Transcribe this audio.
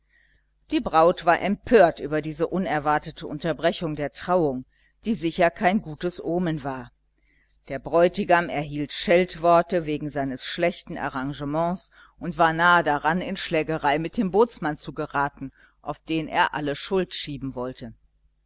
die braut war empört über diese unerwartete unterbrechung der trauung die sicher kein gutes omen war der bräutigam erhielt scheltworte wegen seines schlechten arrangements und war nahe daran in schlägerei mit dem bootsmann zu geraten auf den er alle schuld schieben wollte